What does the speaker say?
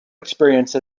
experience